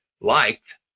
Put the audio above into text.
liked